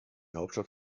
hauptstadt